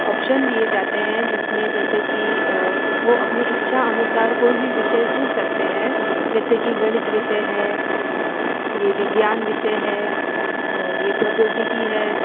option दिए जाते हैं जिस में जैसे कि वो अपनी इच्छा अनुसार कोई भी विषय चुन सकते हैं जैसे कि गणित विषय है ये विज्ञान विषय है और ये प्रौद्योगिकी है